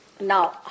Now